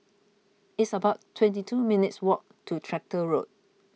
it's about twenty two minutes' walk to Tractor Road